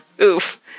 Oof